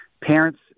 Parents